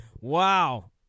Wow